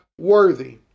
worthy